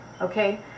okay